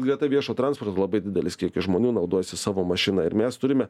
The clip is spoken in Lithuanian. greta viešo transporto labai didelis kiekis žmonių naudojasi savo mašina ir mes turime